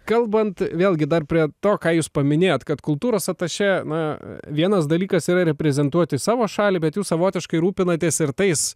kalbant vėlgi dar prie to ką jūs paminėjot kad kultūros atašė na vienas dalykas yra reprezentuoti savo šalį bet jūs savotiškai rūpinatės ir tais